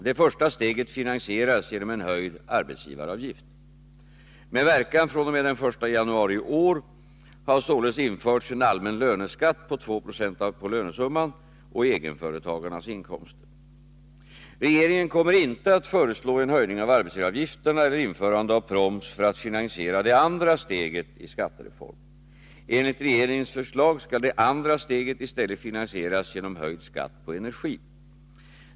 Det första steget finansierades genom en höjd arbetsgivaravgift. Med verkan fr.o.m. den 1 januari i år har således införts en allmän löneskatt på 2 26 på lönesumman och egenföretagarnas inkomster. Regeringen kommer inte att föreslå en höjning av arbetsgivaravgifterna eller införande av proms för att finansiera det andra steget i skattereformen. Enligt regeringens förslag skall det andra steget i stället finansieras genom höjd skatt på energi.